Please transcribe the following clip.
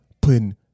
putting